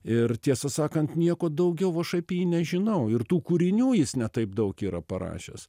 ir tiesą sakant nieko daugiau aš apie jį nežinau ir tų kūrinių jis ne taip daug yra parašęs